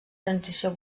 transició